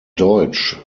deutsch